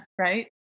right